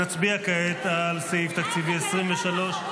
נצביע כעת על סעיף תקציבי 23,